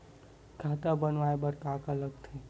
खाता बनवाय बर का का लगथे?